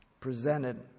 presented